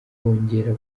bongera